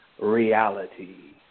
Reality